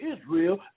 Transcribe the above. Israel